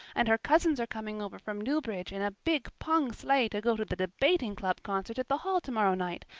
and her cousins are coming over from newbridge in a big pung sleigh to go to the debating club concert at the hall tomorrow night.